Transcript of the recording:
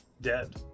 Dead